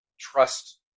trust